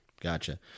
Gotcha